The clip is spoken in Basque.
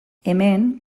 hemen